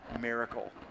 miracle